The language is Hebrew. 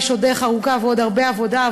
יש עוד דרך ארוכה ועוד הרבה עבודה,